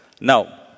Now